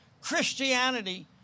Christianity